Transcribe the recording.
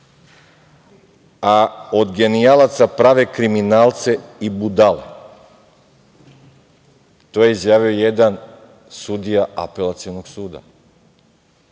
a od genijalaca prave kriminalce i budale. To je izjavio jedan sudija Apelacionog suda.